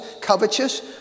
covetous